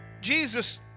Jesus